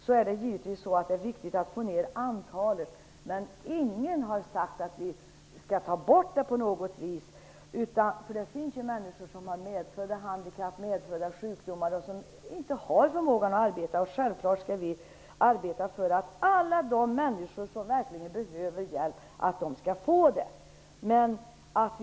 Det är givetvis viktigt att få ned antalet förtidspensionärer, men ingen har på något vis sagt att vi skall ta bort förtidspensioneringarna. Det finns ju människor som har medfödda handikapp och sjukdomar och som saknar förmågan att arbeta. Självklart skall vi arbeta för att alla de människor som verkligen behöver hjälp skall få det.